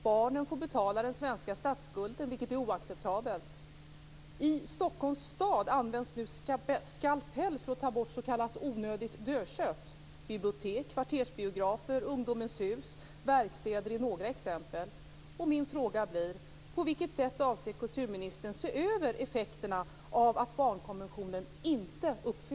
Barnen får betala den svenska statsskulden, vilket är oacceptabelt. I Stockholms stad används nu skalpell för att ta bort s.k. onödigt dödkött. Bibliotek, kvartersbiografer, ungdomens hus och verkstäder är några exempel.